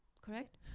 correct